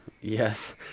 yes